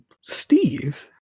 Steve